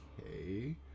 okay